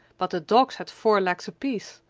but the dogs had four legs apiece,